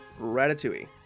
Ratatouille